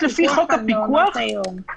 הצעתי לקבוע אמירה פוזיטיבית,